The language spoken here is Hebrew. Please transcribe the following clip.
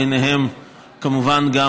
וכמובן גם